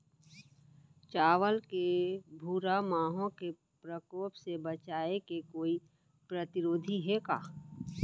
चांवल के भूरा माहो के प्रकोप से बचाये के कोई प्रतिरोधी हे का?